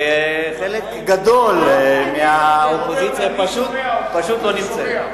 וחלק גדול מאופוזיציה פשוט לא נמצא.